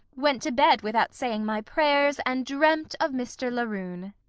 went to bed without saying my prayers, and dreamt of mr. laroon.